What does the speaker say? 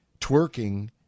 twerking